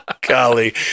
Golly